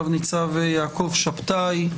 רב-ניצב יעקב שבתאי.